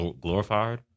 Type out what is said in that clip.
glorified